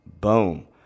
Boom